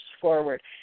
forward